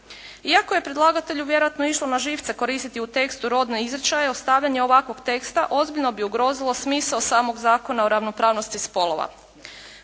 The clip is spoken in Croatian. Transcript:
Iako je predlagatelju vjerojatno išlo na živce koristiti u tekstu rodne izričaje ostavljanje ovakvog teksta ozbiljno bi ugrozilo smisao samog Zakona o ravnopravnosti spolova.